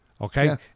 Okay